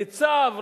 ניצב,